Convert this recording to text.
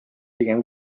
pigem